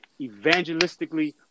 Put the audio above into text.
evangelistically